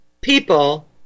people